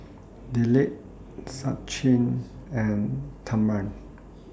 Dilip Sachin and Tharman